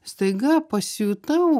staiga pasijutau